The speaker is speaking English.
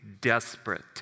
desperate